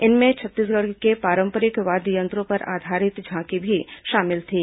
इनमें छत्तीसगढ़ के पारंपरिक वाद्य यंत्रो पर आधारित झांकी भी शामिल थीं